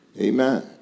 Amen